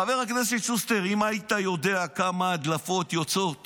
חבר הכנסת שוסטר, אם היית יודע כמה הדלפות יוצאות